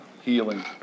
healing